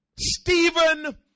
Stephen